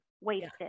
wasted